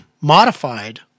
modified